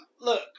look